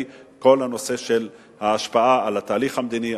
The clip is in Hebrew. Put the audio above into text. כל הנושא של ההשפעה על התהליך המדיני,